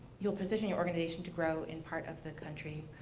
you'll position your organization to grow in part of the country,